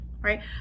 right